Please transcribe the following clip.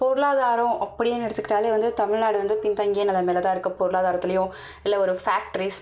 பொருளாதாரம் அப்படினு எடுத்துகிட்டாலே வந்து தமிழ்நாடு வந்து பின்தங்கிய நிலமையில் தான் இருக்குது பொருளாதாரத்துலேயும் இல்லை ஒரு ஃபேக்டரிஸ்